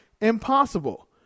impossible